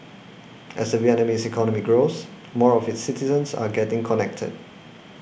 as the Vietnamese economy grows more of its citizens are getting connected